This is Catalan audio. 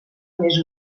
més